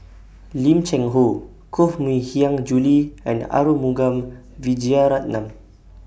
Lim Cheng Hoe Koh Mui Hiang Julie and Arumugam Vijiaratnam